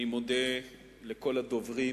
אני מודה לכל הדוברים